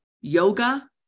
yoga